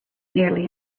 nearly